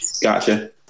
Gotcha